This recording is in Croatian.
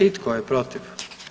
I tko je protiv?